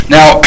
Now